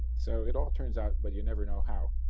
so it all turns out but you never know how.